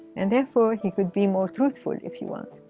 and therefore he could be more truthful if he wanted,